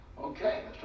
Okay